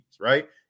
right